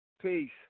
Peace